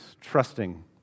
trusting